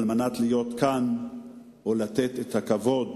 על מנת להיות כאן ולתת את הכבוד